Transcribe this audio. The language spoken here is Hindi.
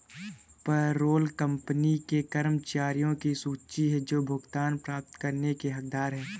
पेरोल कंपनी के कर्मचारियों की सूची है जो भुगतान प्राप्त करने के हकदार हैं